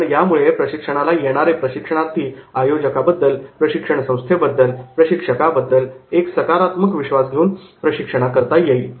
कारण यामुळे प्रशिक्षणाला येणारे प्रशिक्षणार्थी आयोजकाबद्दल प्रशिक्षण संस्थेबद्दल प्रशिक्षकाबद्दल एक सकारात्मक विश्वास घेऊन प्रशिक्षणाकरिता येईल